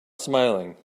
smiling